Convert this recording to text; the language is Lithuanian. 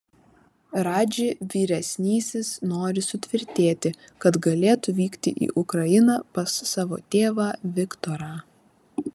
radži vyresnysis nori sutvirtėti kad galėtų vykti į ukrainą pas savo tėvą viktorą